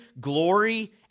glory